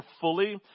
fully